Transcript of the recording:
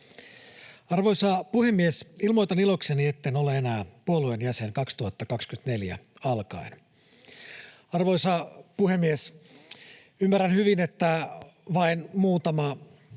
Arvoisa puhemies! Ilmoitan ilokseni, etten ole enää puolueen jäsen 2024 alkaen.” Arvoisa puhemies! Ymmärrän hyvin, että vain muutama